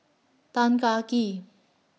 Tan Kah Kee